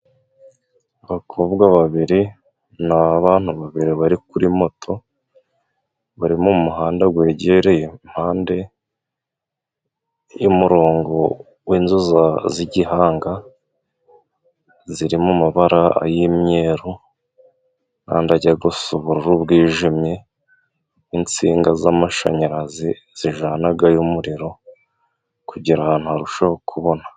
Abakobwa babiri n'abantu babiri bari kuri moto bari mu muhanda, wegereye impande y'umurongo w'inzu z'igihanga ziri mu mabara y'imyeru andi ajya gusa n'ubururu bwijimye, n'insinga z'amashanyarazi zivanayo umuriro kugira ngo ahantu harusheho kubona.